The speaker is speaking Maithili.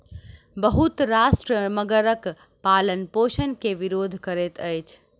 बहुत राष्ट्र मगरक पालनपोषण के विरोध करैत अछि